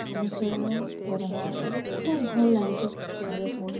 ଅନୁସରଣ କରନ୍ତୁ ଖୁବ୍ ଭଲ ଲାଗିଛି ଖାଇବା ସମୟରେ